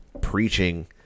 preaching